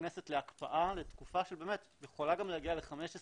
נכנסת להקפאה לתקופה שיכולה להגיע גם ל-15 שנים,